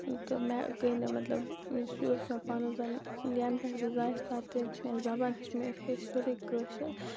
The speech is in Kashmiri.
تہٕ مےٚ گٔے نہٕ مطلب مےٚ ہیٚوچھ پانس زَن ینہٕ پٮ۪ٹھ بہٕ زایَس پتہٕ یَیٚتہِ مےٚ زبان ہیچھ مےٚ ہیچھ سیٚودٕے کٲشِر